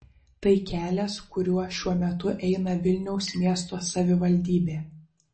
tai kelias kuriuo šiuo metu eina vilniaus miesto savivaldybė